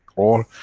or,